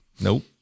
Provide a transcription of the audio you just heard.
Nope